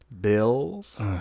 bills